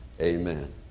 Amen